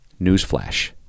newsflash